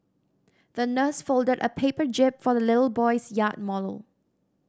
the nurse folded a paper jib for the little boy's yacht model